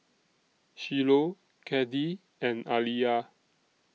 Shiloh Caddie and Aliya